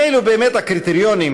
אם אלו באמת הקריטריונים,